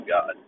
God